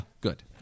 Good